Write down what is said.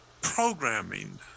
programming